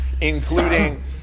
including